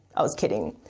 i was kidding.